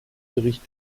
bericht